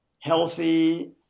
healthy